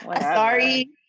sorry